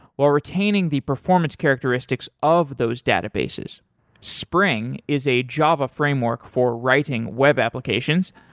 or retaining the performance characteristics of those databases spring is a java framework for writing web applications,